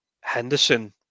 Henderson